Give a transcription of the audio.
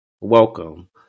welcome